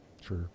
Sure